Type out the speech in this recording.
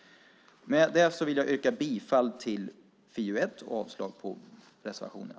Med det vill jag yrka bifall till förslaget i FiU1 och avslag på reservationerna.